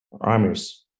armies